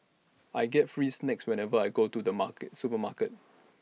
I get free snacks whenever I go to the market supermarket